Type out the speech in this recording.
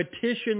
petition